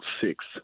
six